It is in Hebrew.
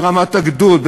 ברמת הגדוד,